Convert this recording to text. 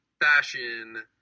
fashion